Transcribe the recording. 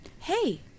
Hey